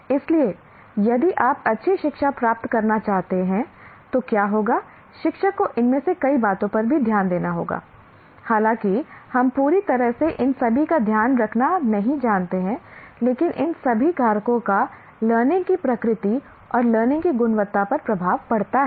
इसलिए यदि आप अच्छी शिक्षा प्राप्त करना चाहते हैं तो क्या होगा शिक्षक को इनमें से कई बातों पर भी ध्यान देना होगा हालाँकि हम पूरी तरह से इन सभी का ध्यान रखना नहीं जानते हैं लेकिन इन सभी कारकों का लर्निंग की प्रकृति और लर्निंग की गुणवत्ता पर प्रभाव पड़ता है